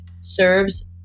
serves